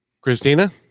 Christina